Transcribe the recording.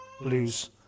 lose